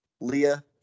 Leah